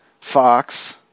Fox